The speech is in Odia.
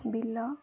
ବିଲ